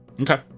Okay